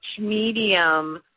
medium